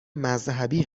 مذهبی